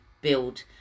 build